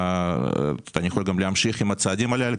אני יכול להמשיך עם הצעדים הללו.